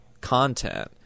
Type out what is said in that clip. content